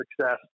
success